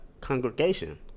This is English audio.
congregation